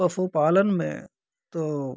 पशूपालन में तो